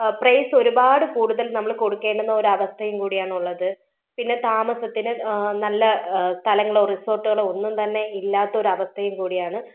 price ഒരുപാട് കൂടുതൽ നമ്മൾ കൊടുക്കേണ്ടുന്ന ഒരവസ്ഥയും കൂടിയാണ് ഉള്ളത് പിന്നെ താമസത്തിന് നല്ല സ്ഥലങ്ങളോ റിസോർട്ടുകളോ ഒന്നും തന്നെ ഇല്ലാത്ത ഒരവസ്ഥയും കൂടിയാണ്